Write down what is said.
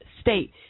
state